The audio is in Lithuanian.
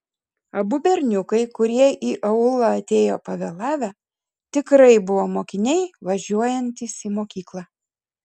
abu berniukai kurie į aulą atėjo pavėlavę tikrai buvo mokiniai važiuojantys į mokyklą